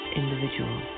individual